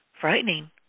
Frightening